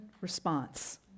response